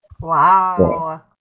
Wow